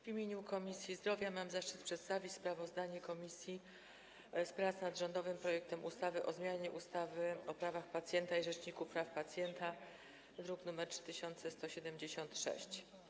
W imieniu Komisji Zdrowia mam zaszczyt przedstawić sprawozdanie komisji z prac nad rządowym projektem ustawy o zmianie ustawy o prawach pacjenta i Rzeczniku Praw Pacjenta, druk nr 3176.